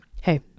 Hey